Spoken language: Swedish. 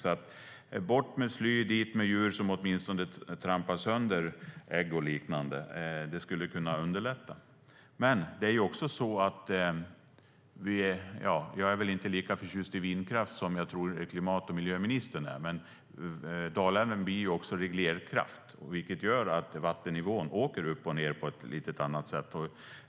Det skulle alltså kunna underlätta om man fick bort sly och tog dit djur som åtminstone trampar sönder ägg och liknande. Jag är väl inte lika förtjust i vindkraft som jag tror att klimat och miljöministern är, men Dalälven blir också reglerkraft. Det gör att vattennivån åker upp och ned på ett lite annat sätt.